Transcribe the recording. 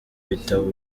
bitabo